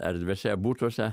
erdviuose butuose